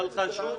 אבל חשוב לשמוע,